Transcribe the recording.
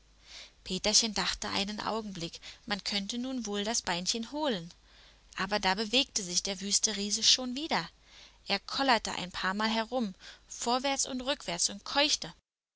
peterchen dachte einen augenblick man könnte nun wohl das beinchen holen aber da bewegte sich der wüste riese schon wieder er kollerte ein paarmal herum vorwärts und rückwärts und keuchte